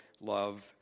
love